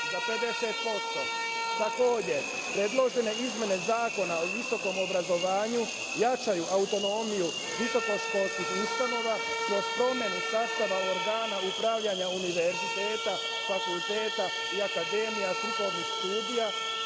za 50%.Takođe, predložene izmene Zakona o visokom obrazovanju jačaju autonomiju visokoškolskih ustanova kroz promenu sastava organa upravljanja univerziteta, fakulteta i akademija strukovnih studija,